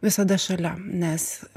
visada šalia nes